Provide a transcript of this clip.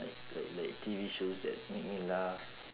like like like T_V shows that make me laugh